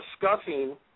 discussing